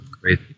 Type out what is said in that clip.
Great